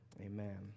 Amen